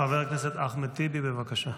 חבר הכנסת אחמד טיבי, בבקשה.